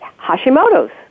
Hashimoto's